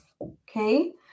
okay